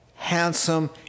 handsome